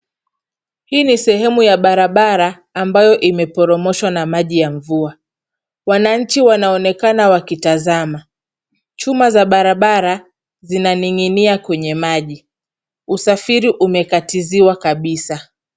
Hii ni sehemu ya barabara ambayo imeporomoshwa na maji ya mvua. Wananchi wanaonekana wakitazama. Chuma za barabara zinaning'inia kwenye maji. Usafiri umekatiziwa kabisa.